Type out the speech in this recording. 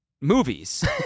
movies